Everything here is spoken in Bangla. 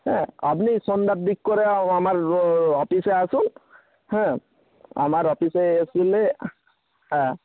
হ্যাঁ আপনি সন্ধ্যার দিক করে আমার অফিসে আসুন হ্যাঁ আমার অফিসে আসলে হ্যাঁ